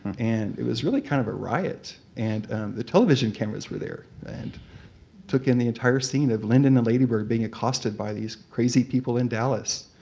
and it was really kind of a riot. and the television cameras were there and took in the entire scene of lyndon and ladybird being accosted by these crazy people in dallas.